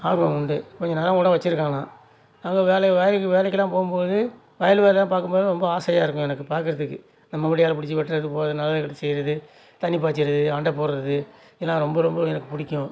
ஆர்வம் உண்டு கொஞ்சம் நிலம் கூட வெச்சுருக்கேன் நான் ஆனால் வேலை வேலைக்கு வேலைக்கெல்லாம் போகும்போது வயல் வேலை பார்க்கும்போது ரொம்ப ஆசையாக இருக்கும் எனக்கு பார்க்கறதுக்கு இந்த மம்புட்டியால் பிடிச்சி வெட்டுறது போவது நல்லது கெட்டது செய்வது தண்ணி பாய்ச்சிறது அண்டை போடுவது இதெல்லாம் ரொம்ப ரொம்ப எனக்கு பிடிக்கும்